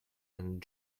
and